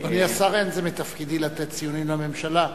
אדוני השר, אין זה מתפקידי לתת ציונים לממשלה.